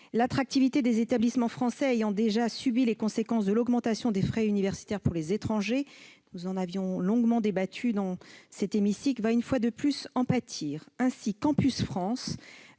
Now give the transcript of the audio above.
L'attractivité des établissements français, qui a déjà subi les conséquences de l'augmentation des frais universitaires pour les étrangers- nous en avions longuement débattu dans cet hémicycle -, va une fois de plus en pâtir. Ainsi, Campus France